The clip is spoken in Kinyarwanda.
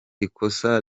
ikosa